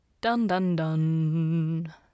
Dun-dun-dun